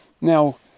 Now